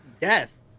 death